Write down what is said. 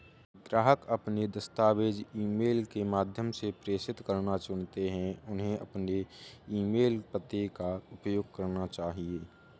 ग्राहक अपने दस्तावेज़ ईमेल के माध्यम से प्रेषित करना चुनते है, उन्हें अपने ईमेल पते का उपयोग करना चाहिए